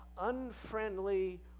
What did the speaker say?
unfriendly